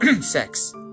Sex